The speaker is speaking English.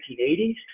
1980s